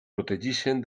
protegeixen